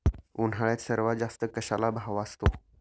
उन्हाळ्यात सर्वात जास्त कशाला भाव असतो?